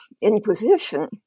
Inquisition